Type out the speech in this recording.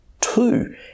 two